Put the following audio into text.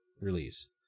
release